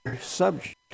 subject